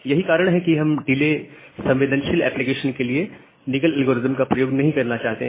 यही कारण है कि हम डिले संवेदनशील एप्लीकेशन के लिए निगल एल्गोरिथ्म का प्रयोग नहीं करना चाहते हैं